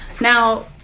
now